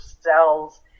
cells